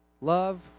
Love